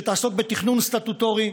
שתעסוק בתכנון סטטוטורי,